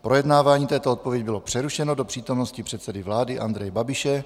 Projednávání této odpovědi bylo přerušeno do přítomnosti předsedy vlády Andreje Babiše.